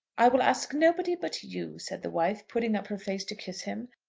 i will ask nobody but you, said the wife, putting up her face to kiss him.